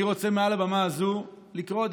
אני רוצה לקרוא מעל הבמה הזאת דווקא